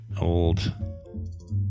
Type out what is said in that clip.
old